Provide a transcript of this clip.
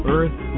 Earth